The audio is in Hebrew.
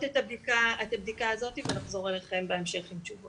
את הבדיקה הזאת ולחזור אליכם בהמשך עם תשובות.